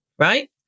Right